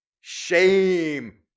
Shame